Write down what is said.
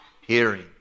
hearing